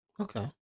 Okay